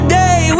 day